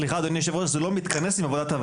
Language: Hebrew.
סליחה אדוני יושב הראש, זה לא מתכנס עם הוועדה.